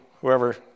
whoever